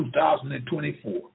2024